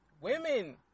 Women